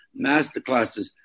masterclasses